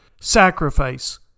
Sacrifice